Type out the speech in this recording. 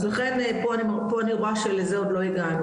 אז לכן פה אני רואה שלזה עוד לא הגענו.